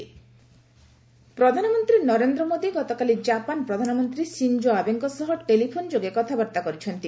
PM Japan ପ୍ରଧାନମନ୍ତ୍ରୀ ନରେନ୍ଦ୍ର ମୋଦୀ ଗତକାଲି Japan ପ୍ରଧାନମନ୍ତ୍ରୀ ସିଞ୍ଜୋ ଆବେଙ୍କ ସହ ଟେଲିଫୋନ୍ ଯୋଗେ କଥାବାର୍ତ୍ତା କରିଛନ୍ତି